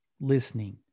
listening